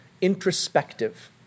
introspective